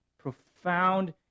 profound